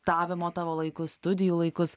tavimo tavo laikus studijų laikus